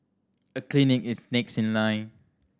a clinic is next in line